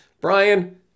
Brian